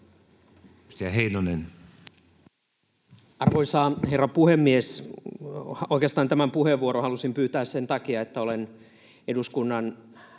14:15 Content: Arvoisa herra puhemies! Oikeastaan tämän puheenvuoron halusin pyytää sen takia, että olen eduskunnan